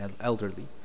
elderly